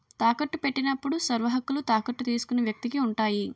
తాకట్టు పెట్టినప్పుడు సర్వహక్కులు తాకట్టు తీసుకున్న వ్యక్తికి ఉంటాయి